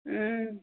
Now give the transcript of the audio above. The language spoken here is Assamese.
ও